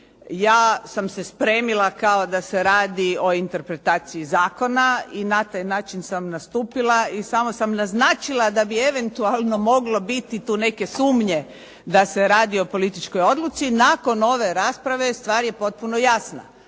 Ja sam se spremila kao da se radi o interpretaciji zakona i na taj način sam nastupila i samo sam naznačila da bi eventualno moglo biti tu neke sumnje da se radi o političkoj odluci. Nakon ove rasprave stvar je potpuno jasna.